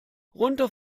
runter